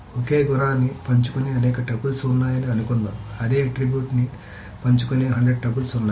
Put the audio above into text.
ఒకే గుణాన్ని పంచుకునే అనేక టపుల్స్ ఉన్నాయని అనుకుందాం అదే ఆట్రిబ్యూట్ ని పంచుకునే 100 టపుల్స్ ఉన్నాయి